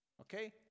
Okay